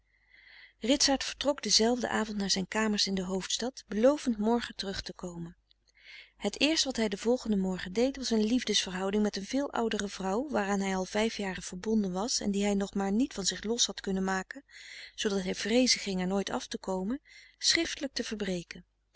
ritsaart vertrok denzelfden avond naar zijn kamers in de hoofdstad belovend morgen terug te komen het eerst wat hij den volgenden morgen deed was een liefdes verhouding met een veel oudere vrouw waaraan hij al vijf jaren verbonden was en die hij nog maar niet van zich los had kunnen maken zoodat hij vreezen ging er nooit af te komen schriftelijk te verbreken